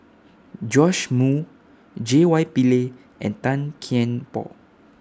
Joash Moo J Y Pillay and Tan Kian Por